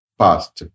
past